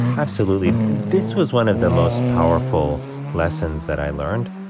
absolutely. this was one of the most powerful lessons that i learned,